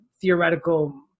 theoretical